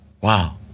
Wow